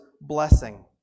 blessing